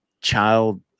child